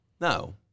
No